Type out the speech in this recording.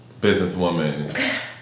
businesswoman